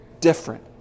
different